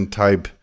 type